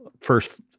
first